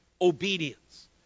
obedience